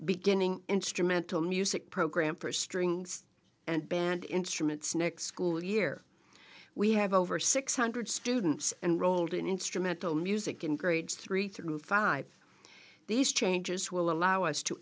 beginning instrumental music program for strings and band instruments next school year we have over six hundred students enrolled in instrumental music in grades three through five these changes will allow us to